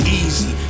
easy